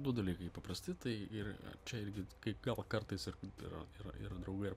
du dalykai paprasti tai ir čia irgi kai gal kartais ir ir ir ir draugai ar